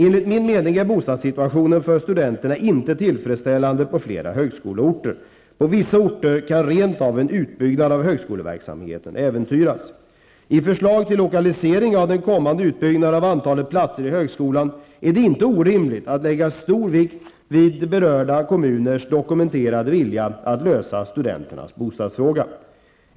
Enligt min mening är bostadssituationen för studenterna inte tillfredsställande på flera högskoleorter; på vissa orter kan rent av en utbyggnad av högskoleverksamheten äventyras. I förslag till lokalisering av den kommande utbyggnaden av antalet platser i högskolan är det inte orimligt att lägga stor vikt vid berörda kommuners dokumenterade vilja att lösa studenternas bostadsfråga.